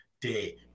day